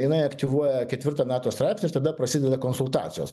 jinai aktyvuoja ketvirtą nato straipsnį ir tada prasideda konsultacijos